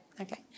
okay